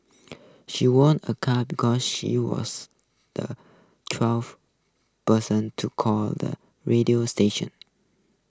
she won a car because she was the twelfth person to call the radio station